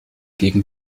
gegen